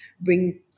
bring